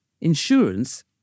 Insurance